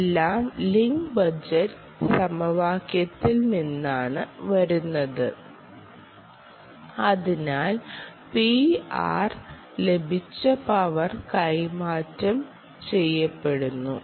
എല്ലാം link budget സമവാക്യത്തിൽ നിന്നാണ് വരുന്നത് അതിനാൽ Pr ലഭിച്ച പവർ കൈമാറ്റം ചെയ്യപ്പെടുന്നു